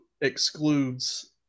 excludes –